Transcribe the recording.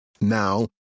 Now